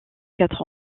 quatre